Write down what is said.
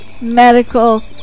medical